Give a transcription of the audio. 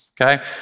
okay